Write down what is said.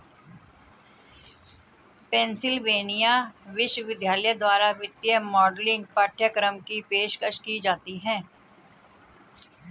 Pennsylvania विश्वविद्यालय द्वारा वित्तीय मॉडलिंग पाठ्यक्रम की पेशकश की जाती हैं